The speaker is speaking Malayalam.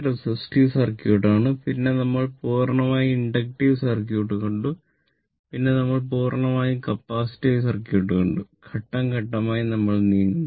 തിയറി കണ്ടു ഘട്ടം ഘട്ടമായി നമ്മൾ നീങ്ങുന്നു